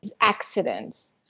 accidents